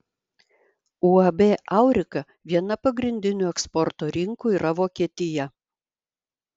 uab aurika viena pagrindinių eksporto rinkų yra vokietija